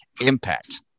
impact